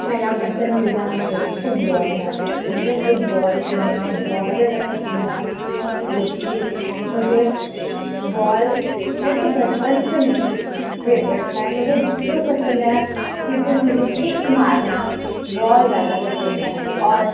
मेरा पसंदीदा खेल फुटबॉल है मुझे फुटबॉल खेलना बहुत ज़्यादा ज़्यादा है जो कि मुझे बॉल मेरे तो बचपन से फेवरेट है मुझे इस क्यों पसंद है क्योंकि मुझे किक मारना बहुत ज़्यादा पसंद है और